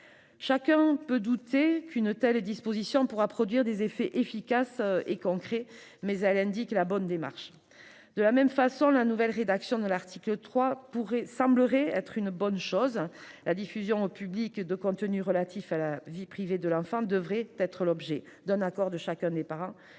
D'aucuns doutent qu'une telle disposition puisse produire des effets efficaces et concrets, mais elle indique la bonne démarche. De la même manière, la nouvelle rédaction de l'article 3 semble satisfaisante : la diffusion au public de contenus relatifs à la vie privée de l'enfant devra être l'objet d'un accord de chacun des parents.